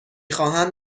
خواهم